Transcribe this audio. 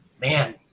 Man